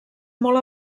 molt